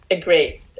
great